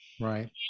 Right